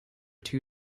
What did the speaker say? two